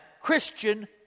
Christian